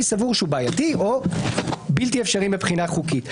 סבור שהוא בעייתי או בלתי אפשרי מבחינה חוקית.